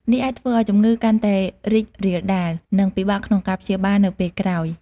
នេះអាចធ្វើឱ្យជំងឺកាន់តែរីករាលដាល និងពិបាកក្នុងការព្យាបាលនៅពេលក្រោយ។